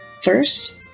First